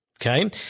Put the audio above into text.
okay